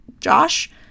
Josh